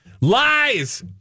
lies